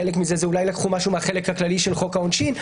חלק מזה אולי לקחו משהו מהחלק הכללי של חוק העונשין.